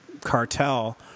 cartel